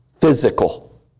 physical